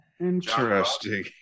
interesting